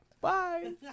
Bye